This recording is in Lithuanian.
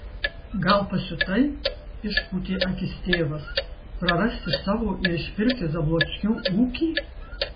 gal pasiutai išpūtė akis tėvas prarasti savo ir išpirkti zablockių ūkį